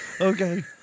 Okay